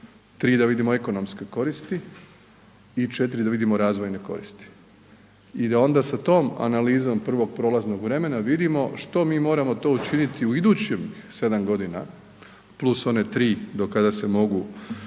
tri da vidimo ekonomske koristi i četiri da vidimo razvojne koristi. I da onda sa tom analizom prvog prolaznog vremena vidimo što mi moramo to učiniti u idućih 7 godina plus one 3 do kada se mogu